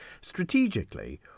Strategically